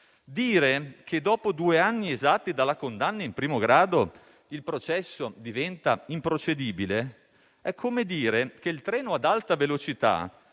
Dire che, dopo due anni esatti dalla condanna in primo grado, il processo diventa improcedibile è come dire che il treno ad alta velocità